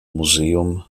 museum